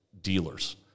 dealers